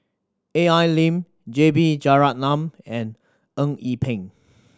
A L Lim J B Jeyaretnam and Eng Yee Peng